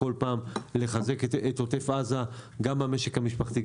לחזק את עוטף עזה גם במשק המשפחתי,